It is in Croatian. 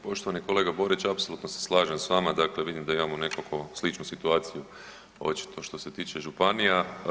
Poštovani kolega Borić, apsolutno se slažem s vama, dakle vidim da imamo nekako sličnu situaciju pa očito što se tiče županija.